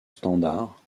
standard